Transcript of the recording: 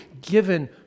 given